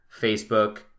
Facebook